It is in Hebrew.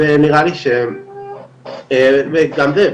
ונראה לי שגם זה,